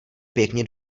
pěkně